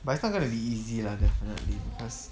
but it's not gonna be easy lah definitely because